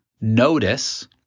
notice